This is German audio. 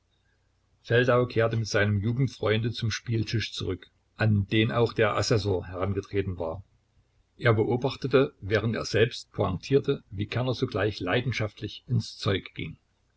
feldau kehrte mit seinem jugendfreunde zum spieltisch zurück an den auch der assessor herangetreten war er beobachtete während er selbst pointierte wie kerner sogleich leidenschaftlich ins zeug ging